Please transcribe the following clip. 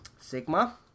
sigma